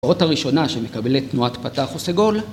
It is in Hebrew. האות הראשונה שמקבלת תנועת פתח או סגול